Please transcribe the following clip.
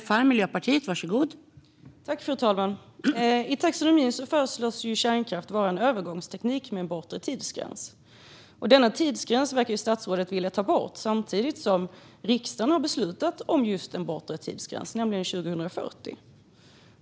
Fru talman! I taxonomin föreslås kärnkraft vara en övergångsteknik med bortre tidsgräns. Denna tidsgräns verkar statsrådet vilja ta bort, samtidigt som riksdagen har beslutat om just en bortre tidsgräns, nämligen 2040.